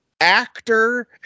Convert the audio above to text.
actor